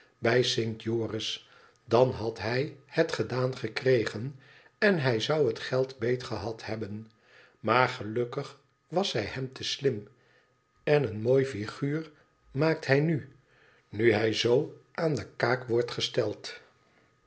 bij st joris dan had hij het gedaan gekregen en hij zou het geld beetgehad hebben maar gelukkig was zij hem te slim en een mooi figuur maakt hij nu nu hij zoo aan de kaak wordt gesteld